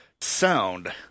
sound